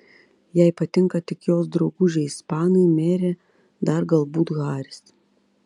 jai patinka tik jos draugužiai ispanai merė dar galbūt haris